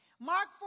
Mark